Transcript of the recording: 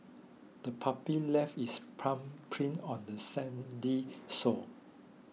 the puppy left its paw prints on the sandy shore